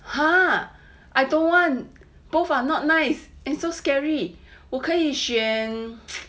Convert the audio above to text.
!huh! I don't want both are not nice it's so scary 我可以选